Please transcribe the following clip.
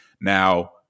Now